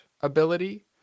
ability